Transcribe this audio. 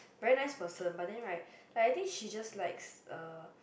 very nice person but then right like I think she just likes er